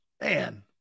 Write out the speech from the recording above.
Man